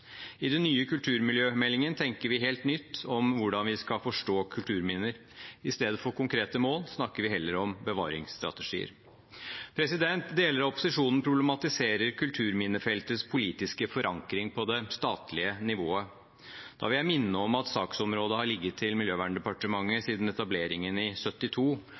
I den nye kulturmiljømeldingen tenker vi helt nytt om hvordan vi skal forstå kulturminner. I stedet for konkrete mål snakker vi heller om bevaringsstrategier. Deler av opposisjonen problematiserer kulturminnefeltets politiske forankring på det statlige nivået. Da vil jeg minne om at saksområdet har ligget til Miljøverndepartementet siden etableringen i